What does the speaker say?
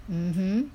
mmhmm